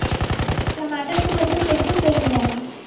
टमाटर क वजन कईसे कईल जाला?